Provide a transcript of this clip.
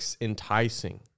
enticing